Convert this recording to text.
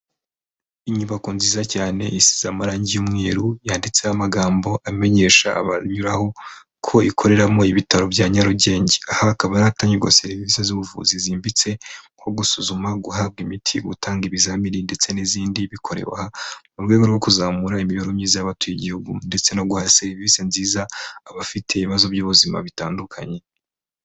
Inyubako nziza cyane isize amarangi y'umweru, yanditseho amagambo amenyesha abanyuraho ko ikoreramo ibitaro bya Nyarugenge. Aha hakaba ari ahatangirwa serivisi z'ubuvuzi zimbitse, nko gusuzuma, guhabwa imiti, gutanga ibizamini ndetse n'izindi, bikorewe aha, mu rwego rwo kuzamura imibereho myiza y'abatuye igihugu. Ndetse no guha serivisi nziza abafite ibibazo by'ubuzima bitandukanye.